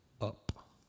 up